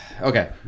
okay